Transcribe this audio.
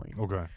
Okay